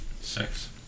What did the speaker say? Six